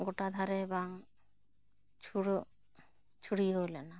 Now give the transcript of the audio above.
ᱜᱚᱴᱟ ᱫᱷᱟᱨᱮ ᱵᱟᱝ ᱪᱷᱩᱨᱚᱜ ᱪᱷᱟᱨᱤᱭᱟᱹᱣ ᱞᱮᱱᱟ